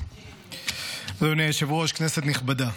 אדוני היושב-ראש, כנסת נכבדה,